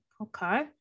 Okay